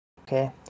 okay